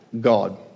God